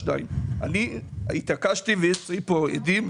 14:00. אני התעקשתי ויש לי כאן עדים.